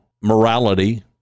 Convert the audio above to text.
morality